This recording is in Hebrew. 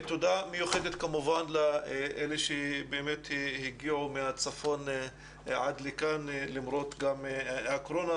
תודה מיוחדת כמובן לאלה שבאמת הגיעו מהצפון עד לכאן גם למרות הקורונה,